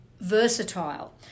versatile